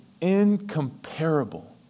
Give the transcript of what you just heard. incomparable